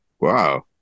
Wow